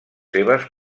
seves